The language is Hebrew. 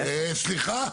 אה סליחה.